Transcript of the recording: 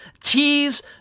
tease